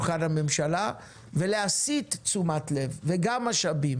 להיות הדובר של הנגב והגליל בשולחן הממשלה ולהסיט תשומת לב וגם משאבים.